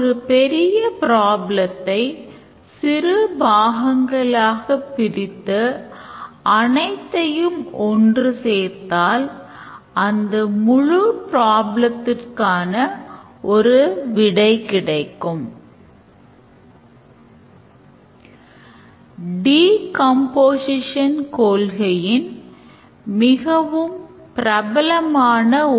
எனவே embedded controllers மாதிரியான சில system களில் event based விரும்பத்தக்கதாக இருந்தாலும் actor based தான் அனைத்து systemகளிலும் மிகவும் பிரபலமாக உள்ளது